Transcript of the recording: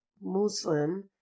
Muslim